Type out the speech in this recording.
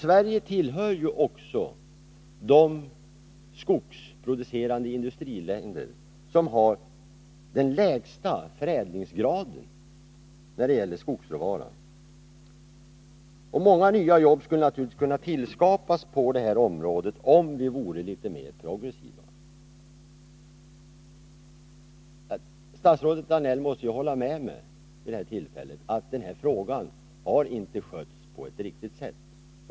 Sverige hör ju också till de skogsproducerande industriländer som har den lägsta förädlingsgraden när det gäller skogsråvara. Vidare skulle många nya jobb inom det här området kunna skapas, om vi vore litet mer progressiva. Statsrådet Danell måste hålla med mig om att den här frågan inte har skötts på ett riktigt sätt.